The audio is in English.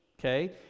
okay